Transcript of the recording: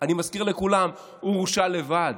אני מזכיר לכולם, הוא הורשע לבד.